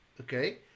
okay